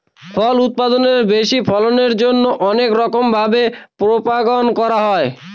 ফল উৎপাদনের বেশি ফলনের জন্যে অনেক রকম ভাবে প্রপাগাশন করা হয়